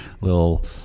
little